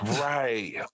Right